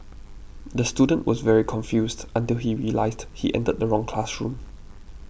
the student was very confused until he realised he entered the wrong classroom